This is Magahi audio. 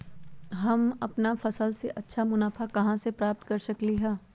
हम अपन फसल से अच्छा मुनाफा कहाँ से प्राप्त कर सकलियै ह?